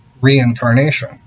reincarnation